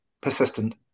persistent